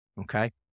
okay